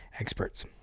experts